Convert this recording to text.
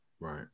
Right